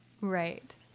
Right